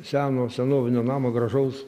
seno senovinio namo gražaus